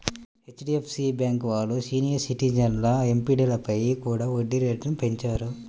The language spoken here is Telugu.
హెచ్.డి.ఎఫ్.సి బ్యేంకు వాళ్ళు సీనియర్ సిటిజన్ల ఎఫ్డీలపై కూడా వడ్డీ రేట్లను పెంచారు